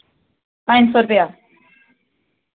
पंज सौ रपेआ